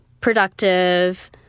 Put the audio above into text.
productive